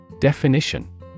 Definition